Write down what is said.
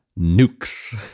nukes